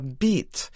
beat